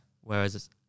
Whereas